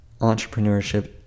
entrepreneurship